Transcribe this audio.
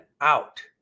out